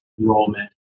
enrollment